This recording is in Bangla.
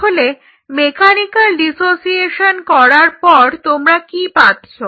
তাহলে মেকানিক্যাল ডিসোসিয়েশন করার পর তোমরা কি পাচ্ছো